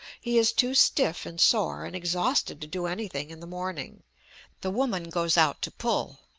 he is too stiff and sore and exhausted to do anything in the morning the woman goes out to pull,